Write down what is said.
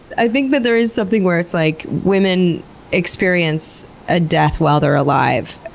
i think that there is something where it's like, women experience a death, while they're alive.